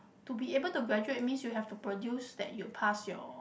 to be able to graduate means you have to produce that you passed your